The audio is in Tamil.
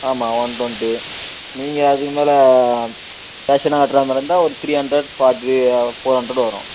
ஆமாம் ஒன் டொண்ட்டி நீங்கள் அதுக்கு மேலே ஃபேஷனாக வெட்ற மாதிரி இருந்தால் ஒரு three hundred four four hundred வரும்